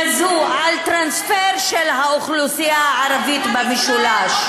-- כזו על טרנספר של האוכלוסייה הערבית במשולש.